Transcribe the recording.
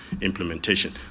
implementation